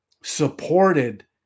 supported